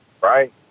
right